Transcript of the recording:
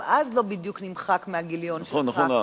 גם אז זה לא בדיוק נמחק מהגיליון שלך,